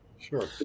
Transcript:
Sure